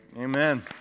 Amen